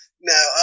No